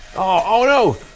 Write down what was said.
oh no!